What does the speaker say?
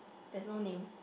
there's no name